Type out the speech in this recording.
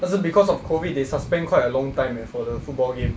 而是 because of COVID they suspend quite a long time eh for the football game